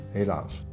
helaas